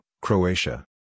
Croatia